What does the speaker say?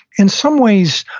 in some ways,